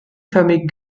förmigen